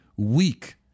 weak